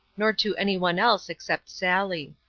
nor to any one else except sally.